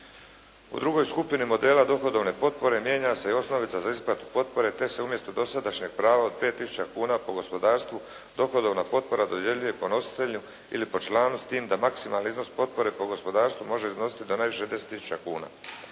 U drugoj skupini modela dohodovne potpore mijenja se i osnovica za isplatu potpore te se umjesto dosadašnjeg prava od 5 tisuća kuna po gospodarstvu dohodovna potpora dodjeljuje po nositelju ili po članu, s tim da maksimalni iznos potpore po gospodarstvu može iznositi do najviše 10 tisuća kuna.